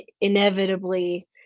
inevitably